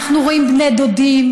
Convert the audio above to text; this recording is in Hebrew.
אנחנו רואים בני דודים.